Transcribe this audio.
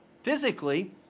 physically